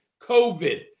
COVID